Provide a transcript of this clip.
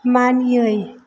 मानियै